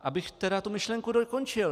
Abych tedy tu myšlenku dokončil.